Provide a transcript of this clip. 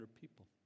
people